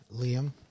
Liam